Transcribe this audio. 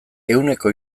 ehuneko